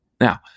Now